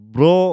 Bro